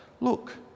look